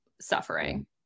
suffering